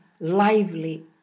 lively